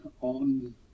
on